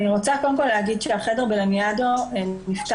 אני רוצה להגיד קודם כל שהחדר בלניאדו נפתח